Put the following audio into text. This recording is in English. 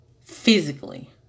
physically